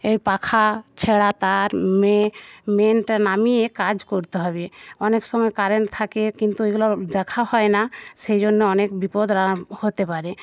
এর পাখা ছেঁড়া তার মেন মেনটা নামিয়ে কাজ করতে হবে অনেক সময় কারেন্ট থাকে কিন্তু ওগুলা দেখা হয় না সেইজন্য অনেক বিপদরা হতে পারে